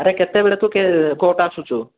ଆରେ କେତେବେଳେ ତୁ କେ କୋର୍ଟ ଆସୁଛୁ